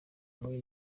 muri